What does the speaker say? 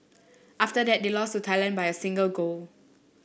after that they lost to Thailand by a single goal